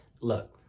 Look